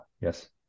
Yes